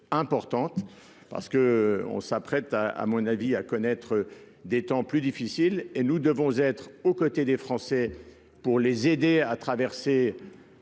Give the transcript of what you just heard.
importante parce que on s'apprête à à mon avis à connaître des temps plus difficiles et nous devons être aux côtés des Français pour les aider à traverser.